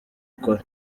ukora